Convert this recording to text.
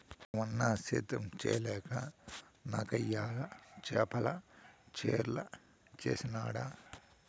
ఏటన్నా, సేద్యం చేయలేక నాకయ్యల చేపల చెర్లు వేసినాడ